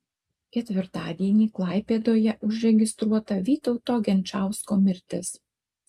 ketvirtadienį klaipėdoje užregistruota vytauto genčausko mirtis